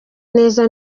neza